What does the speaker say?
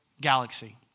galaxy